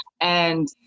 And-